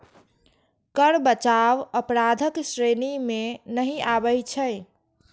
कर बचाव अपराधक श्रेणी मे नहि आबै छै